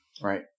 Right